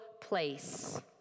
place